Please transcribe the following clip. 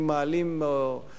האירועים היה מהיר מדי.